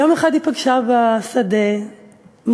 יום אחד היא פגשה בשדה מלאך,